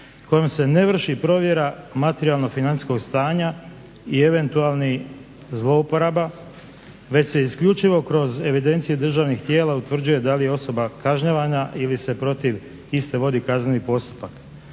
Kojom se ne vrši provjera materijalno-financijskog stanja i eventualnih zloupotreba. Već se isključivo kroz evidencije državnih tijela utvrđuje da li je osoba kažnjavana ili se protiv iste vodi kazneni postupak.